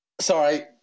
Sorry